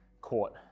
court